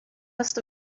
must